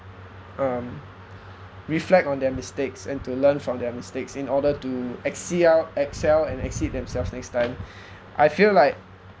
um reflect on their mistakes and to learn from their mistakes in order to excel excel and exceed themselves next time I feel like